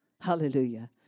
Hallelujah